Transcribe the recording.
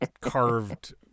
carved